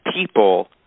people